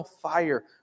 fire